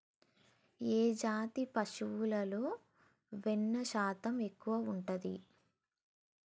ఏ జాతి పశువుల పాలలో వెన్నె శాతం ఎక్కువ ఉంటది?